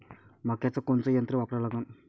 मक्याचं कोनचं यंत्र वापरा लागन?